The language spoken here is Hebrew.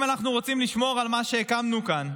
אם אנחנו רוצים לשמור על מה שהקמנו כאן,